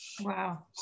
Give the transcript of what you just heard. wow